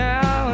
Now